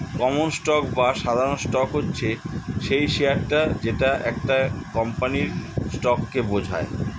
common stock বা সাধারণ stock হচ্ছে সেই শেয়ারটা যেটা একটা কোম্পানির স্টককে বোঝায়